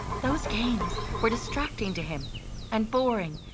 those games were distracting to him and boring,